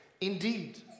Indeed